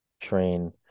train